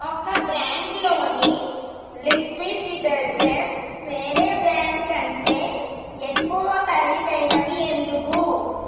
ఒక బ్రాండ్లోని liquid detergents వేరే బ్రాండు కంటే ఎక్కువ ఖరీదైనవి ఎందుకు